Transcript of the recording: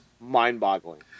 mind-boggling